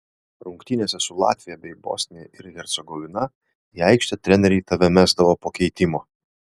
rungtynėse su latvija bei bosnija ir hercegovina į aikštę treneriai tave mesdavo po keitimo